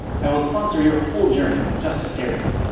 i will sponsor your whole journey just to stare at you!